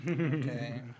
Okay